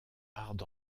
hard